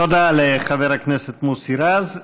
תודה לחבר הכנסת מוסי רז.